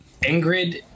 Ingrid